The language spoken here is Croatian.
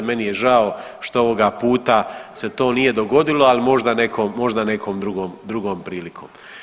Meni je žao što ovoga puta se to nije dogodilo, ali možda nekom drugom prilikom.